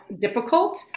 difficult